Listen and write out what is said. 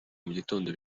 mugitondo